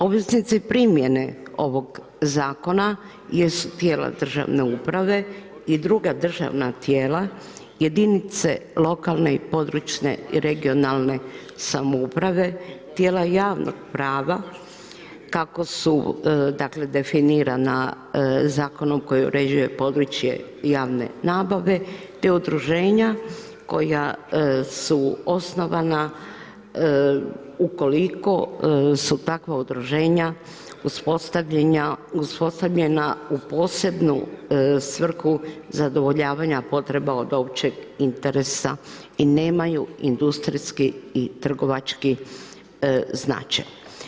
Obveznici primjene ovog zakona jesu tijela državne uprave i druga državna tijela, jedinice lokalne i područne (regionalne) samouprave, tijela javnih prava kako su dakle definirana zakonom koji uređuje područje javne nabave te udruženja koja su osnovana ukoliko su takva udruženja uspostavljena u posebnu svrhu zadovoljavanja potreba od općeg interesa i nemaju industrijski i trgovački značaj.